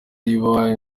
riba